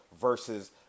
versus